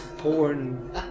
porn